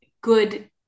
good